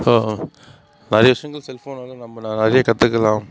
நிறைய விஷயங்கள் செல்ஃபோனால் நம்ம நிறைய கற்றுக்கலாம்